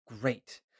great